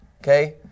Okay